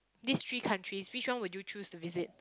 these three countries which one would you choose to visit